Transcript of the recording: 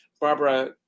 barbara